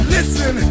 Listen